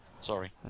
Sorry